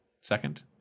second